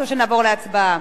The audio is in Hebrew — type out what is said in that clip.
או שנעבור להצבעה?